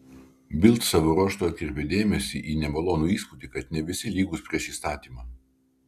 bild savo ruožtu atkreipė dėmesį į nemalonų įspūdį kad ne visi lygūs prieš įstatymą